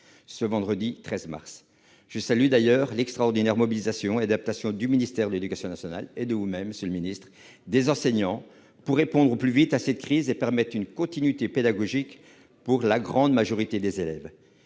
le vendredi 13 mars dernier. Je salue d'ailleurs l'extraordinaire mobilisation et l'adaptation dont ont fait preuve le ministère de l'éducation nationale, vous-même, monsieur le ministre, et des enseignants pour répondre au plus vite à cette crise et permettre une continuité pédagogique pour la grande majorité des élèves.